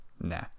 Nah